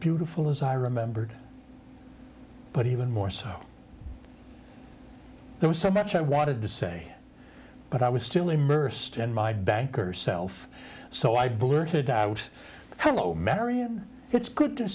beautiful as i remembered but even more so there was so much i wanted to say but i was still immersed in my banker self so i blurted out hello marian it's good to